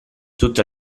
tutto